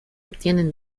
obtienen